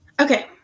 Okay